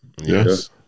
Yes